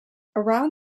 around